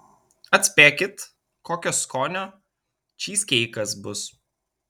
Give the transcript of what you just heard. atspėkit kokio skonio čyzkeikas bus